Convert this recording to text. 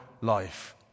life